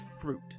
fruit